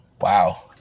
Wow